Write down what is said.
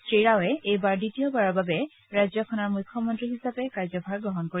শ্ৰীৰাৱে এইবাৰ দ্বিতীয়বাৰৰ বাবে ৰাজ্যখনৰ মুখ্যমন্তী হিচাপে কাৰ্যভাৰ গ্ৰহণ কৰিব